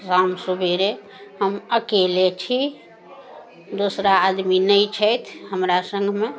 शाम सुबेरे हम अकेले छी दोसरा आदमी नहि छथि हमरा सङ्गमे